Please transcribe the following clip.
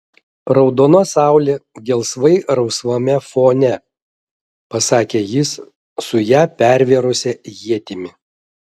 raudona saulė gelsvai rausvame fone pasakė jis su ją pervėrusia ietimi